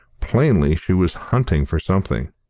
plainly she was hunting for something.